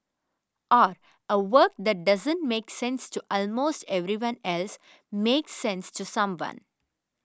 or a work that doesn't make sense to almost everyone else makes sense to someone